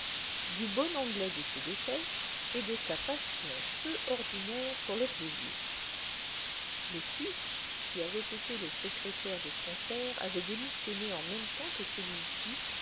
du bon anglais de ses dépêches et de sa passion peu ordinaire pour le plaisir le fils qui avait été le secrétaire de son père avait démissionné en même temps que celui-ci